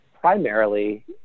primarily